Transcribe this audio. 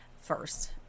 first